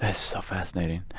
ah so fascinating.